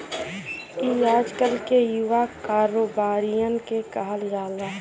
ई आजकल के युवा कारोबारिअन के कहल जाला